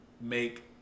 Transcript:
make